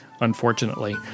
Unfortunately